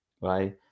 right